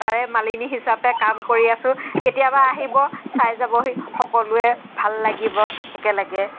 তাৰে মালিনী হিচাপে কাম কৰি আছো কেতিয়াবা আহিব চাই যাবহি সকলোৱে ভাল লাগিব একেলগে